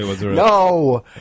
No